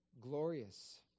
glorious